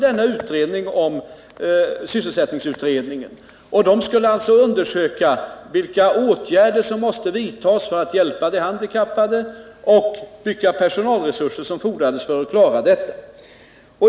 Den skulle alltså undersöka vilka åtgärder som måste vidtas för att hjälpa de handikappade och vilka personalresurser som fordrades för att klara detta.